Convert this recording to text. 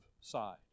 side